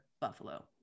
Buffalo